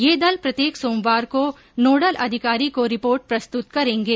ये दल प्रत्येक सोमवार को नोडल अधिकारी को रिपोर्ट प्रस्तुत करेंगे